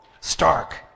stark